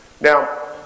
Now